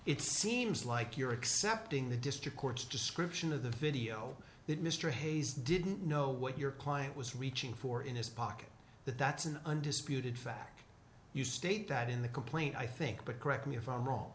it seems like you're accepting the district court's description of the video that mr hayes didn't know what your client was reaching for in his pocket that that's an undisputed fact you state that in the complaint i think but correct me if i'm wrong